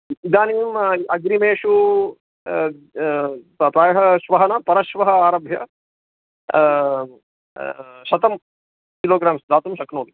इदानीम् अग्रिमेषु प्रायः श्वः न परश्वः आरभ्य शतं किलोग्राम्स् दातुं शक्नोति